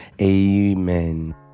amen